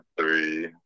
three